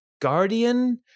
guardian